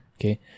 okay